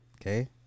okay